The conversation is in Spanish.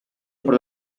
por